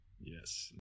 Yes